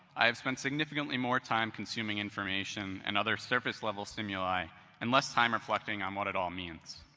i have spent significantly more time consuming information and other service-level stimuli and less time reflecting on what it all means.